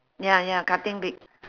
ya ya cutting big